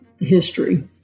history